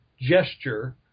gesture